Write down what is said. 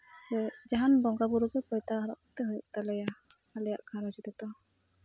ᱥᱮ ᱫᱟᱦᱟᱸᱱ ᱵᱚᱸᱜᱟ ᱵᱳᱨᱳ ᱜᱮ ᱩᱚᱭᱛᱟ ᱦᱚᱨᱚᱜ ᱠᱟᱛᱮ ᱦᱩᱭᱩᱜ ᱛᱟᱞᱮᱭᱟ ᱟᱞᱮᱭᱟᱜ ᱜᱷᱟᱨᱚᱸᱡᱽ ᱨᱮᱫᱚ